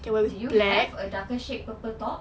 do you have a darker shade purple top